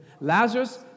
Lazarus